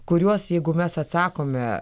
kuriuos jeigu mes atsakome